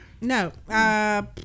No